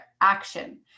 action